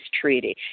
treaty